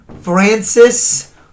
Francis